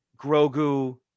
grogu